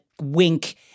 wink